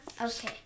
Okay